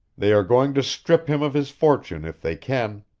they are going to strip him of his fortune if they can.